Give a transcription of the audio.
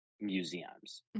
museums